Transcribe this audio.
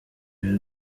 ibi